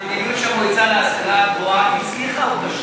שהמדיניות של המועצה להשכלה גבוהה הצליחה או כשלה,